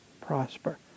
prosper